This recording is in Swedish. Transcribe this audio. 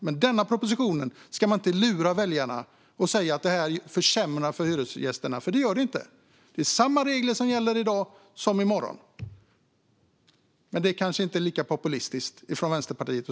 Man ska inte lura väljarna och säga att den här propositionen försämrar för hyresgästerna, för det gör den inte. Det är samma regler som gäller i dag som i morgon. Men det kanske inte är populistiskt att säga från Vänsterpartiet.